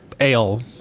ale